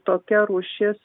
tokia rūšis